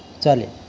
चालेल